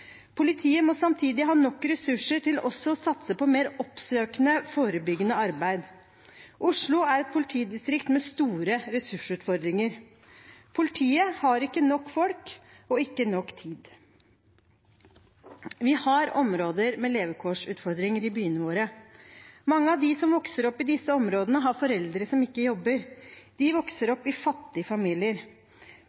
Politiet må samtidig ha nok ressurser til også å satse på mer oppsøkende forebyggende arbeid. Oslo er et politidistrikt med store ressursutfordringer. Politiet har ikke nok folk og ikke nok tid. Vi har områder med levekårsutfordringer i byene våre. Mange av dem som vokser opp i disse områdene, har foreldre som ikke jobber. De vokser